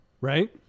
right